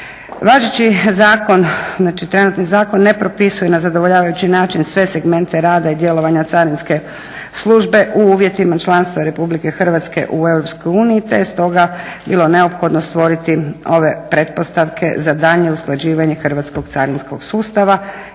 Važeći zakon znači trenutni zakon ne propisuje na zadovoljavajući zakon sve segmente rada i djelovanja carinske službe u uvjetima članstva RH u EU te stoga je bilo neophodno stvoriti ove pretpostavke za daljnje usklađivanje Hrvatskog carinskog sustava